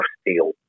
steel